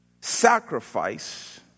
sacrifice